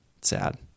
sad